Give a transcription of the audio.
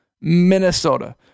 Minnesota